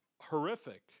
horrific